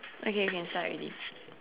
okay can start already